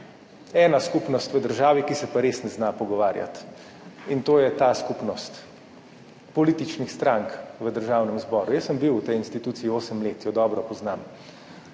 ena skupnost v državi, ki se pa res ne zna pogovarjati, in to je ta skupnost političnih strank v Državnem zboru. Jaz sem bil v tej instituciji osem let, jo dobro poznam.